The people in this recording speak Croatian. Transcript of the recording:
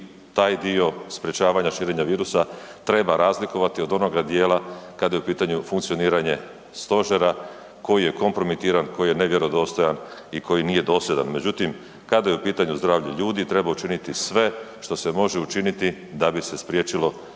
taj dio sprječavanja širenja virusa treba razlikovati od onoga dijela kada je u pitanju funkcioniranje stožera koji je kompromitiran, koji je nevjerodostojan i koji nije dosljedan. Međutim, kada je u pitanju zdravlje ljudi treba učiniti sve što se može učiniti da bi se spriječilo